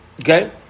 Okay